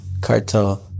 cartel